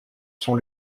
sont